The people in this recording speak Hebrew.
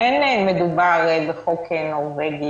אין ספק שאתה עושה עבודתך נאמנה.